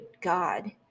God